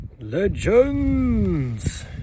legends